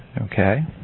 Okay